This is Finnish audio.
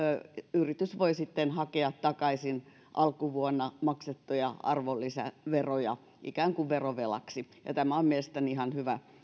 yritys voi sitten hakea takaisin alkuvuonna maksettuja arvonlisäveroja ikään kuin verovelaksi ja tämä on mielestäni ihan hyvä